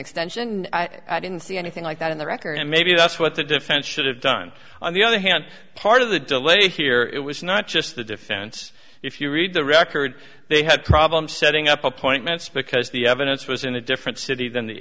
extension i didn't see anything like that in the record and maybe that's what the defense should have done on the other hand part of the delay here it was not just the defense if you read the record they had problems setting up appointments because the evidence was in a different city than the